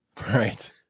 Right